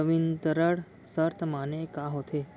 संवितरण शर्त माने का होथे?